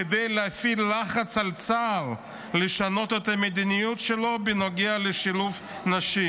כדי להפעיל לחץ על צה"ל לשנות את המדיניות שלו בנוגע לשילוב נשים.